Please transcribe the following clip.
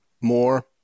more